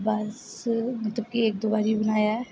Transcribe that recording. बस जब कि इक दो बारी बनाया ऐ